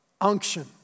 unction